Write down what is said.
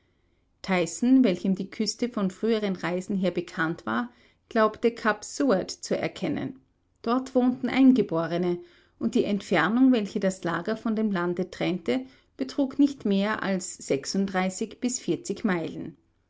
welchem die küste von früheren reisen her bekannt war glaubte kap seward zu erkennen dort wohnten eingeborene und die entfernung welche das lager von dem lande trennte betrug nicht mehr als sechsunddreißig meilen